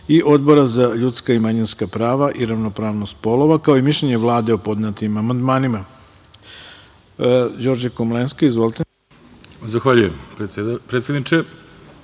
i Odbora za ljudska i manjinska prava i ravnopravnost polova, kao i mišljenje Vlade o podnetim amandmanima. Reč